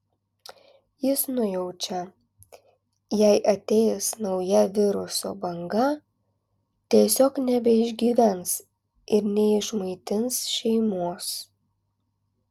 jis nujaučia jei ateis nauja viruso banga tiesiog nebeišgyvens ir neišmaitins šeimos